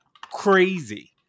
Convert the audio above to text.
crazy